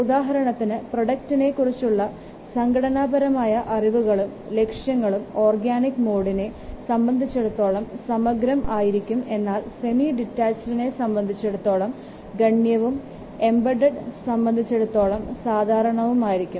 ഉദാഹരണത്തിന് പ്രൊഡക്റ്റിനെ കുറിച്ചുള്ള സംഘടനാപരമായ അറിവുകളും ലക്ഷ്യങ്ങളും ഓർഗാനിക് മോഡിനെ സംബന്ധിച്ചിടത്തോളം സമഗ്രം ആയിരിക്കും എന്നാൽ സെമി ഡിറ്റാച്ചഡ്നെ സംബന്ധിച്ചെടുത്തോളം ഗണ്യവും എംബഡഡ് സംബന്ധിച്ചിടത്തോളം സാധാരണവും ആയിരിക്കും